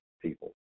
people